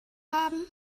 haben